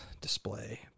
display